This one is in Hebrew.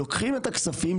לוקחים את הכספים,